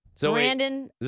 Brandon